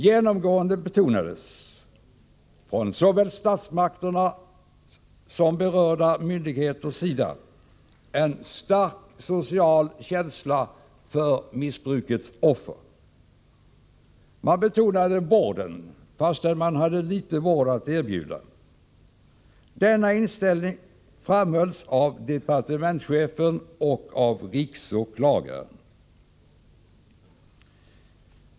Genomgående betonades från såväl statsmakterna som berörda myndigheter en stark social känsla för missbrukets offer. Man betonade vården, fastän man hade litet vård att erbjuda. Denna inställning framhölls av departementschefen och av riksåklagaren.